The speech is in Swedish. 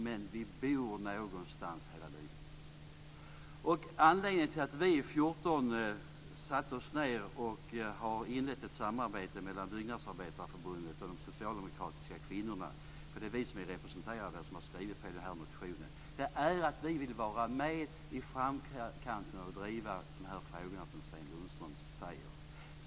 Men vi bor någonstans hela livet. Anledningen till att vi 14 satte oss ned, och anledningen till att vi har inlett ett samarbete mellan Byggnadsarbetareförbundet och de socialdemokratiska kvinnorna, för det är vi som är representerade och som har skrivit på den här motionen, är att vi vill vara med i framkanten och driva de här frågorna, precis som Sten Lundström säger.